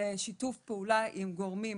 ושיתוף פעולה עם גורמי